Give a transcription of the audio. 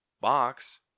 box